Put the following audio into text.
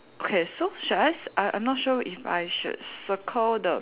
okay so should I cir~ I I'm not so sure if I should circle the